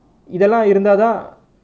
இதைல்லாம் இருந்தாதான்:ithaillaam irunthathaan